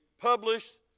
published